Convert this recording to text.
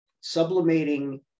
sublimating